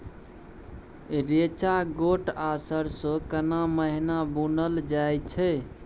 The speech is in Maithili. रेचा, गोट आ सरसो केना महिना बुनल जाय छै?